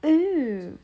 oh